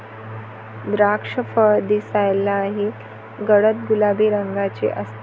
द्राक्षफळ दिसायलाही गडद गुलाबी रंगाचे असते